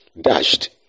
dashed